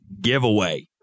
giveaway